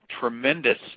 tremendous